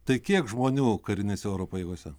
tai kiek žmonių karinėse oro pajėgose